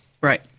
Right